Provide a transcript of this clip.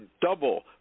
double